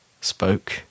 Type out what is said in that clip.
spoke